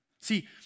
See